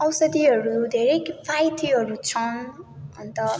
औषधीहरू धेरै किफायतीहरू छन् अन्त